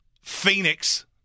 phoenix